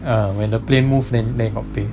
ah when the plane move then then got pay